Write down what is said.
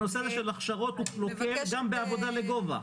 הנושא של הכשרות הוא קלוקל גם בעבודה לגובה.